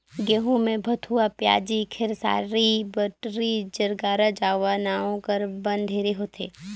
गहूँ में भथुवा, पियाजी, खेकसारी, बउटरी, ज्रगला जावा नांव कर बन ढेरे होथे